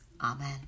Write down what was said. Amen